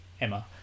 Emma